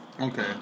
Okay